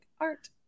Art